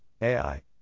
AI